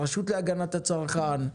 הרשות להגנת הצרכן,